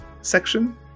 section